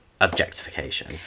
objectification